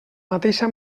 mateixa